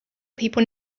people